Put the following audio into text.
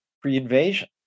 pre-invasion